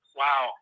wow